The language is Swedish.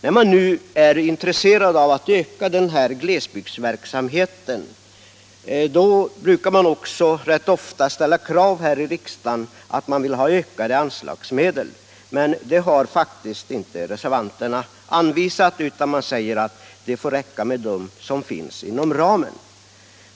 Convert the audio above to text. När man är intresserad av att öka den här glesbygdsverksamheten brukar man också ställa förslag här i riksdagen på ökade anslag, men det har faktiskt inte reservanterna gjort. De säger att det får räcka med de medel som finns inom ramen.